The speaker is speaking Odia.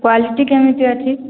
କ୍ୱାଲିଟି କେମିତି ଅଛି